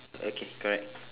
okay correct